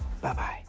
Bye-bye